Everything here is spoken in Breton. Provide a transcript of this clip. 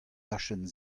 dachenn